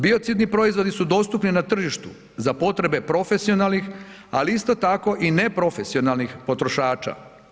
Biocidni proizvodi su dostupni na tržištu za potrebe profesionalnih, ali isto tako i neprofesionalnih potrošača.